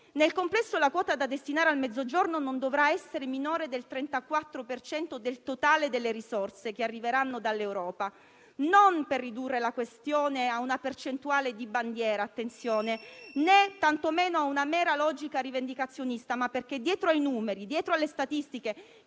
Nel complesso la quota da destinare al Mezzogiorno non dovrà essere minore del 34 per cento del totale delle risorse che arriveranno dall'Europa, non per ridurre la questione a una percentuale di bandiera - attenzione! - né tantomeno a una mera logica rivendicazionista, ma perché dietro ai numeri, dietro alle statistiche